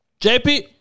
JP